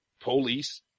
police